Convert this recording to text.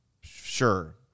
Sure